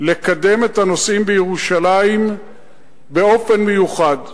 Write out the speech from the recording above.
לקדם את הנושאים בירושלים באופן מיוחד.